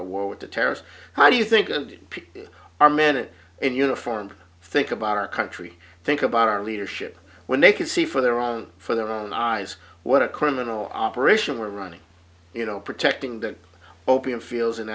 d war with the terrors how do you think of our minute in uniform think about our country think about our leadership when they could see for their own for their own eyes what a criminal operation we're running you know protecting the opium fields in